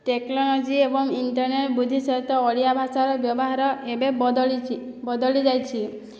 technology ଏବଂ internet ବୃଦ୍ଧି ସହିତ ଓଡ଼ିଆ ଭାଷାର ବ୍ୟବହାର ଏବେ ବଦଳିଛି ବଦଳିଯାଇଛି